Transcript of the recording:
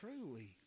truly